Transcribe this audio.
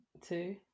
two